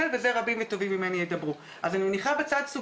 כבר לא בזמנכם אז אולי נלמד משהו